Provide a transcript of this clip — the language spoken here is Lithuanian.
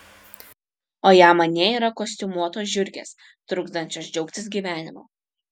o jam anie yra kostiumuotos žiurkės trukdančios džiaugtis gyvenimu